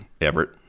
everett